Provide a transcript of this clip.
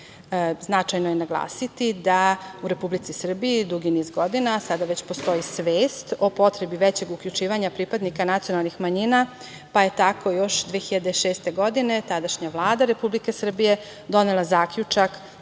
je naglasiti da u Republici Srbiji dugi niz godina sada već postoji svest o potrebi većeg uključivanja pripadnika nacionalnih manjina, pa je tako još 2006. godine tadašnja Vlada Republike Srbije donela Zaključak